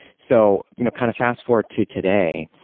so you know kind of fast forward to today,